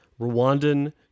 Rwandan